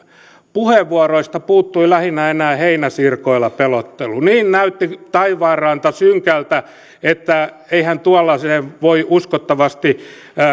puheenvuoroista puuttui lähinnä enää heinäsirkoilla pelottelu niin näytti taivaanranta synkältä että eihän tuollaiseen voi uskottavasti